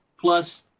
Plus